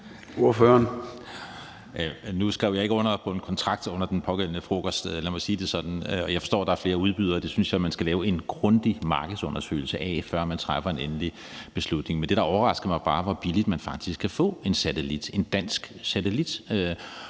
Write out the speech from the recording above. Nu skrev jeg ikke under på en kontrakt ved den pågældende på frokost, lad mig sige det sådan. Jeg forstår, at der er flere udbydere, så det synes jeg man skal en grundig markedsundersøgelse af, før man træffer en endelig beslutning. Men det, der overraskede mig, var, hvor billigt man faktisk kan få en satellit,